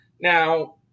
Now